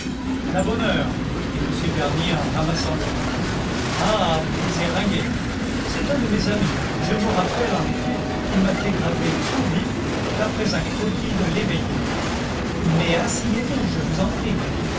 a la bonne heure dit m bernier en ramassant le livre ah vous lisiez ringuet c'est un de mes amis je me rappelle en effet qu'il m'a fait graver tout vif d'après un croquis de léveillé mais asseyez-vous je vous en prie